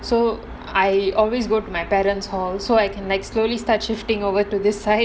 so I always go to my parents hall so I can like slowly start shifting over to this side